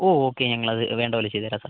ഓ okay ഞങ്ങളത് വേണ്ട പോലെ ചെയ്ത് തരാം സാർ